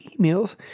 emails